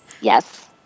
yes